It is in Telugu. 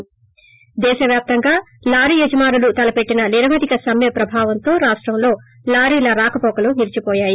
ి దేశవ్యాప్తంగా లారీ యజమానులు తలపెట్టిన నిరవధిక సమ్మె ప్రభావంతో రాష్టంలో లారీల రాకపోకలు నిలిచిపోయాయి